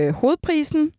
hovedprisen